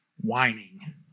whining